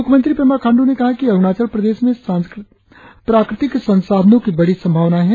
मुख्यमंत्री पेमा खांडू ने कहा कि अरुणाचल प्रदेश में प्राकृतिक संसाधनों की बड़ी संभावनाएं है